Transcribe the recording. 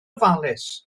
ofalus